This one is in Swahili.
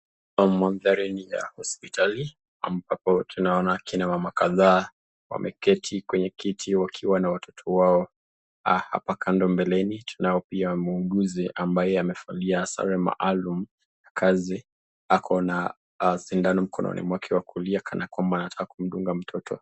Haya ni mandhari ya hospitali ambapo tunaona kina mama kadhaa wameketi kwenye kiti wakiwa na watoto wao hapa kando mbeleni, tunao pia muuguzi ambaye amevalia sare maalum ya kazi, ako na sidano mkononi mwake wa kulia kana kwamba anataka kumdunga mtoto.